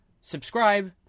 subscribe